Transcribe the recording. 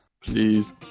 please